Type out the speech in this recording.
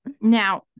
now